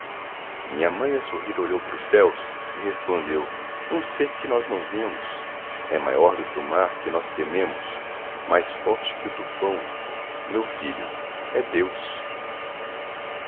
minha mãe a sorrir olhou pros céus e respondeu um ser que nós não vemos é maior do que o mar que nós tememos mais forte que o tufão meu filho é deus